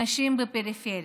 נשים בפריפריה.